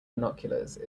binoculars